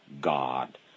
God